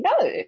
no